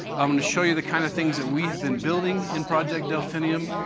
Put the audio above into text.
i'm going to show you the kind of things that we've been building in project delphinium.